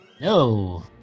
No